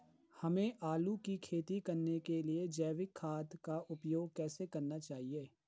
हमें आलू की खेती करने के लिए जैविक खाद का उपयोग कैसे करना चाहिए?